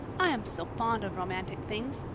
i am so fond of romantic things,